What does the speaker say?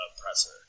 oppressor